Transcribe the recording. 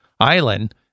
island